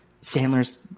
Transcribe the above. Sandler's